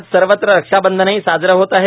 आज सर्वत्र रक्षाबंधनही साजरे होत आहे